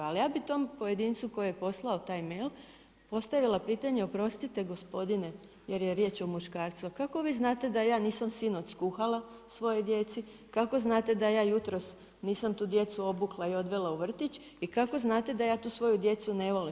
Ali ja bi tom pojedincu koji je poslao taj mail postavila pitanje: Oprostite gospodine, jer je riječ o muškarcu, a kako vi znate da ja sinoć nisam skuhala svojoj djeci, kako znate da ja jutros nisam tu djecu obukla i odvela u vrtić i kako znate da ja tu svoju djecu ne volim?